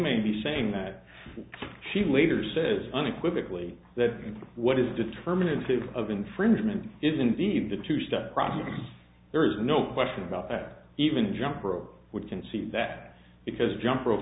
may be saying that she later said unequivocally that what is determinative of infringement is indeed the two step process there is no question about that even jumper would concede that because jump rope